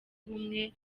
ubumwe